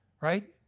right